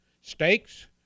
steaks